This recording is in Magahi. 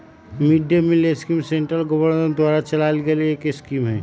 mid day meal scheme central government द्वारा चलावल गईल एक स्कीम हई